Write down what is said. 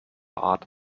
art